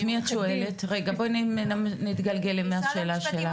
את מי את שואלת, רגע, בואי נתגלגל מהשאלה שלך.